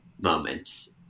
moments